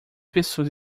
pessoas